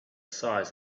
size